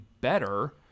better